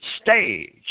stage